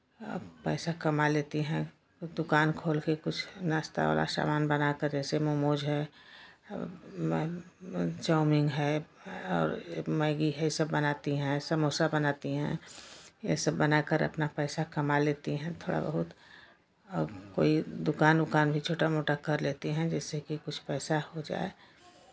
पैसा कमा लेती हैं दुकान खोल के कुछ नाश्ता वाला सामान बना कर जैसे मोमोज़ है चाउमिन है और मैगी है ये सब बनाती हैं समोसा बनाती हैं ये सब बना कर अपना पैसा कमा लेती हैं थोड़ा बहुत और कोई दुकान उकान भी छोटा मोटा कर लेती हैं जिससे कि कुछ पैसा हो जाए